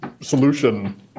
solution